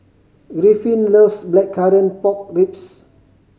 Griffin loves Blackcurrant Pork Ribs